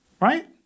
right